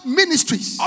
ministries